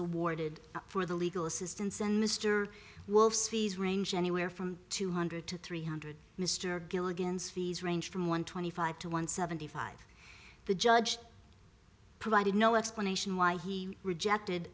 awarded for the legal assistance and mr wolfe's fees range anywhere from two hundred to three hundred mr gilligan's fees range from one twenty five to one seventy five the judge provided no explanation why he rejected